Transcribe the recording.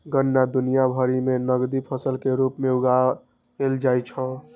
गन्ना दुनिया भरि मे नकदी फसल के रूप मे उगाएल जाइ छै